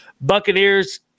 Buccaneers